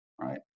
right